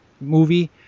movie